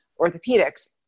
orthopedics